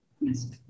Yes